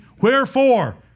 Wherefore